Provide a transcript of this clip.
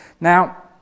Now